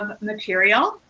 but material,